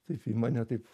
taip į mane taip